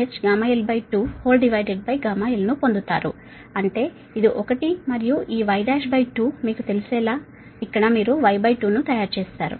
γl2 γl ను పొందుతారు అంటే ఇది ఒకటి మరియు ఈ Y12 మీకు తెలిసేలా ఇక్కడ మీరు Y2 ను తయారు చేస్తారు